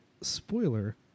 spoiler